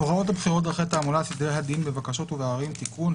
"הוראות הבחירות (דרכי תעמולה) (סדרי הדין בבקשות ובעררים) (תיקון),